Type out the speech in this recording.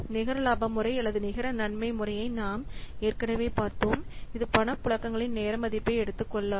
நிகர லாப முறை அல்லது நிகர நன்மை முறையை நாம் ஏற்கனவே பார்த்தோம் அது பணப்புழக்கங்களின் நேர மதிப்பை எடுத்துக் கொள்ளாது